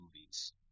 movies